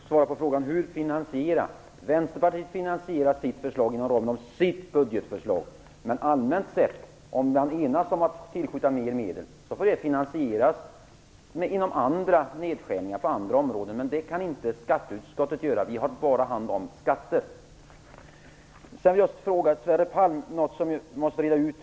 Herr talman! Först skall jag svara på frågan hur vi finansierar. Vänsterpartiet finansierar sitt förslag inom ramen för sitt budgetförslag. Men allmänt sett, om man enas om att tillskjuta mer medel, får det finansieras genom nedskärningar på andra områden. Men det kan inte vi i skatteutskottet göra - vi har bara hand om skatter. Jag vill fråga Sverre Palm om något som måste redas ut.